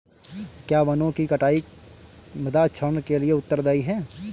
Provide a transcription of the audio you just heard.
क्या वनों की कटाई मृदा क्षरण के लिए उत्तरदायी है?